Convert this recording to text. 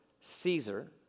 Caesar